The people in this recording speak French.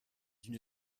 d’une